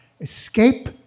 escape